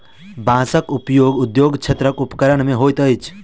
बांसक उपयोग उद्योग क्षेत्रक उपकरण मे होइत अछि